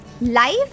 life